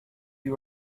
you